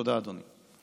תודה, אדוני.